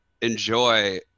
enjoy